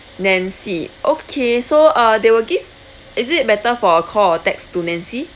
nancy okay so uh they will give is it better for a call or text to nancy